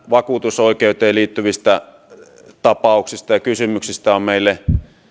vakuutusoikeuteen liittyvistä tapauksista ja kysymyksistä on meille